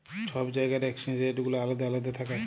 ছব জায়গার exchange rate গুলা আলেদা আলেদা থ্যাকে